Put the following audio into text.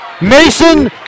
Mason